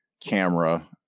camera